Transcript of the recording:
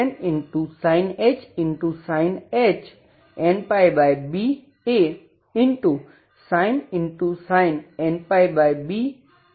sin nπby g2 બને છે